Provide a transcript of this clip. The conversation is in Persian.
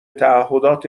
تعهدات